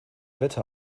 wette